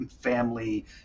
family